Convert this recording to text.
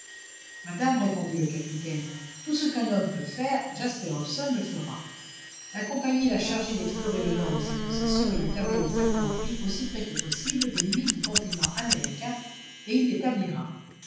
madame répondit le capitaine tout ce qu'un homme peut faire jasper hobson le fera la compagnie l'a chargé d'explorer le nord de ses possessions et d'établir une factorerie aussi près que possible des limites du continent américain et il l'établira